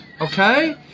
Okay